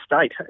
state